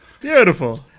beautiful